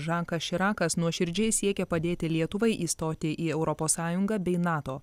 žakas širakas nuoširdžiai siekė padėti lietuvai įstoti į europos sąjungą bei nato